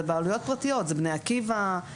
זה בעלויות פרטיות כמו בני עקיבא,